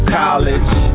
college